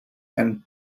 and